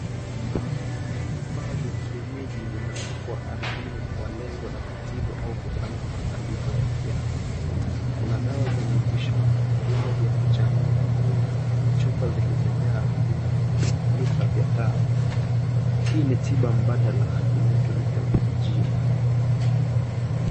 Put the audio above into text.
Vifaa vya kienyeji vinawekwa ardini kwa lengo la kutibu au kufanya matambiko ya kiafya, kuna dawa vya mitishamba, vyombo vya kuchanganyia, na chupa zilizo jaa mminika vya dawa, hii ni tiba mbadala inayotumika vijijini.